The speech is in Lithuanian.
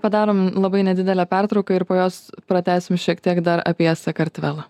padarom labai nedidelę pertrauką ir po jos pratęsim šiek tiek dar apie sakartvelą